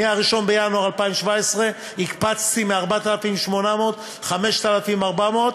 מ-1 בינואר 2017 הקפצתי מ-4,800, 5,400,